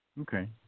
Okay